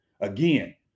again